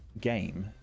game